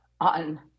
on